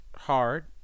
hard